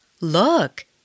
Look